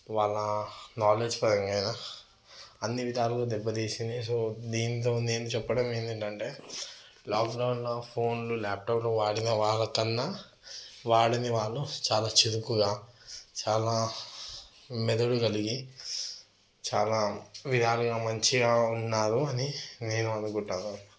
వాళ్ళ నాలెడ్జ్ పరంగా అయినా అన్ని విధాలుగా దెబ్బతీసింది సో దీంతో నేను చెప్పడం ఏంటంటే లాక్డౌన్లో ఫోన్లు లాప్టాప్లు వాడిన వాళ్ళ కన్నా వాడని వాళ్ళు చాలా చురుకుగా చాలా మెదడు గలిగి చాలా విధాలుగా మంచిగా ఉన్నారు అని నేను అనుకుంటాను